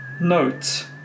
note